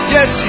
Yes